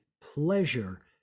pleasure